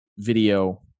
Video